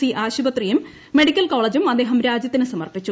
C ആശുപത്രിയും medical കോളേജും അദ്ദേഹം രാജ്യത്തിന് സമർപ്പിച്ചു